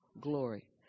glory